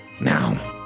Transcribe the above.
Now